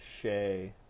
Shay